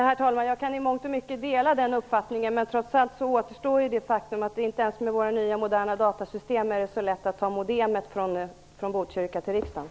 Herr talman! Jag kan i mångt och mycket dela den uppfattningen, men trots allt återstår det faktum att det inte ens med våra nya, moderna datasystem är så lätt att ta modemet från Botkyrka till riksdagen.